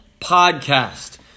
podcast